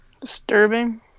Disturbing